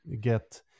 get